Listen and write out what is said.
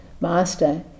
master